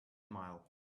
mile